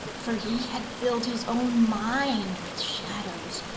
for he had filled his own mind with shadows,